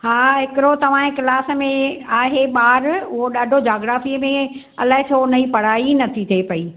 हा हिकिड़ो तव्हांजे क्लास में हा हीउ ॿारु उहो ॾाढो जॉग्राफी में अलाए छो हुनजी पढ़ाई नथी थे पई